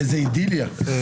איזו אידיליה.